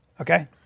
Okay